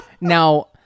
Now